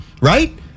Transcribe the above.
right